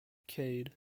cade